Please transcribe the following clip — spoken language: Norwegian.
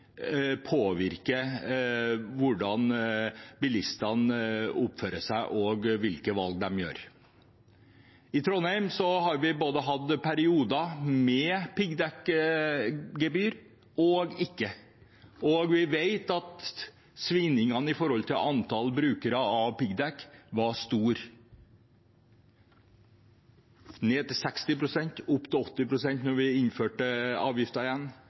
påvirker hvordan bilistene oppfører seg, og hvilke valg de gjør. I Trondheim har vi hatt perioder både med og uten piggdekkgebyr, og vi vet at svingningene i antall brukere av piggdekk var store – ned til